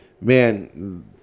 Man